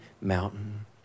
mountain